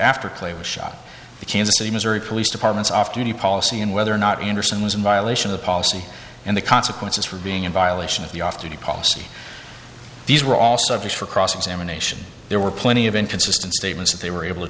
after clay was shot the kansas city missouri police department's off duty policy and whether or not anderson was in violation of the policy and the consequences for being in violation of the off duty policy these were all subjects for cross examination there were plenty of inconsistent statements that they were able to